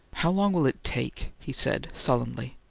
how long will it take? he said sullenly.